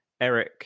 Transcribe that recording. Eric